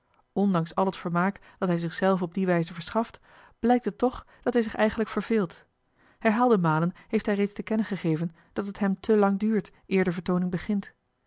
ondanks al het vermaak dat hij zich zelven op die wijze verschaft blijkt het toch dat hij zich eigenlijk verveelt herhaalde malen heeft hij reeds te kennen gegeven dat het hem te lang duurt eer de vertooning begint